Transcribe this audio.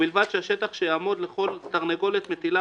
ובלבד שהשטח שיעמוד לרשות כל תרנגולת מטילה